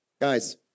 guys